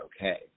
okay